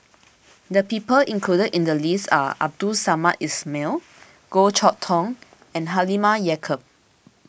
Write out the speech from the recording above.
the people included in the list are Abdul Samad Ismail Goh Chok Tong and Halimah Yacob